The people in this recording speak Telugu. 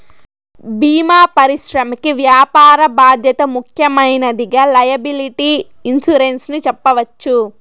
భీమా పరిశ్రమకి వ్యాపార బాధ్యత ముఖ్యమైనదిగా లైయబిలిటీ ఇన్సురెన్స్ ని చెప్పవచ్చు